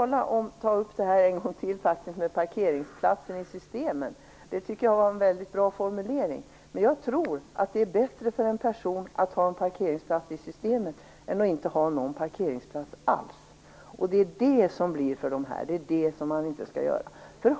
Låt mig än en gång ta upp frågan om "parkeringsplatserna i systemen". Jag tycker att det var en väldigt bra formulering. Jag tror att det är bättre för en person att ha en parkeringsplats i systemen än att inte ha någon parkeringsplats alls. Det är det som blir följden för dessa personer men som skall undvikas.